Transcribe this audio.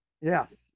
Yes